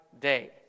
day